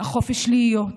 החופש להיות,